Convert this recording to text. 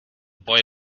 boy